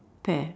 pear